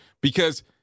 because-